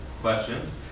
questions